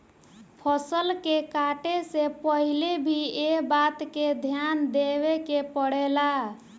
फसल के काटे से पहिले भी एह बात के ध्यान देवे के पड़ेला